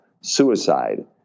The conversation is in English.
suicide